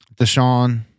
Deshaun